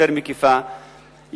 יותר מקיפה,